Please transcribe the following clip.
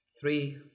three